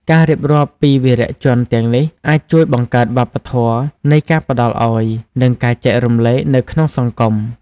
ការរៀបរាប់ពីវីរៈជនទាំងនេះអាចជួយបង្កើតវប្បធម៌នៃការផ្តល់ឲ្យ និងការចែករំលែកនៅក្នុងសង្គម។